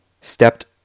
stepped